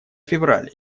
февраль